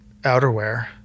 outerwear